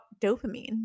dopamine